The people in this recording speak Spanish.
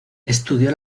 estudió